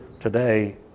today